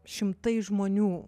šimtai žmonių